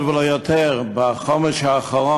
בעבר החרימו,